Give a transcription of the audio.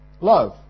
love